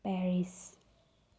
Paris